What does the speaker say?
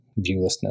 viewlessness